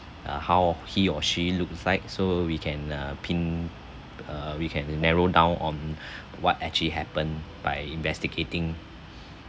uh how he or she looked like so we can uh pin err we can narrow down on what actually happened by investigating